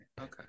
okay